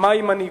מהי מנהיגות,